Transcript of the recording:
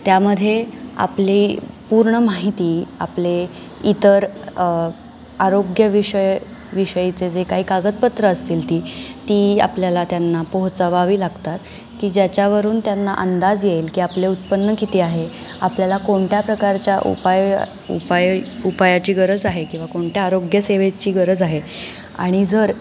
त्यामध्ये आपली पूर्ण माहिती आपले इतर आरोग्य विषय विषयीचे जे काही कागदपत्रं असतील ती ती आपल्याला त्यांना पोहचावावी लागतात की ज्याच्यावरून त्यांना अंदाज येईल की आपले उत्पन्न किती आहे आपल्याला कोणत्या प्रकारच्या उपाय उपाय उपायाची गरज आहे किंवा कोणत्या आरोग्यसेवेची गरज आहे आणि जर